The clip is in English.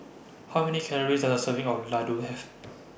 How Many Calories Does A Serving of Ladoo Have